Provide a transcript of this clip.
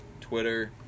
twitter